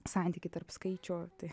santykį tarp skaičių tai